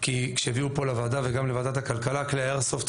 כי כשהביאו לכאן לוועדה וגם לוועדת הכלכלה כלי איירסופט,